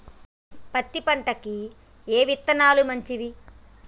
పత్తి పంటకి ఏ విత్తనాలు మంచివి?